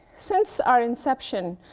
since our inception,